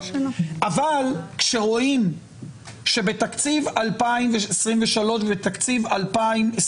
אבל כשרואים שבתקציב 2023 ותקציב 2024,